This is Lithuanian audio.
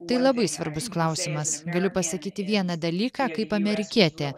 tai labai svarbus klausimas galiu pasakyti vieną dalyką kaip amerikietė